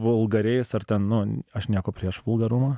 vulgariais ar ten nu aš nieko prieš vulgarumą